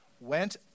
went